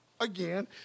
again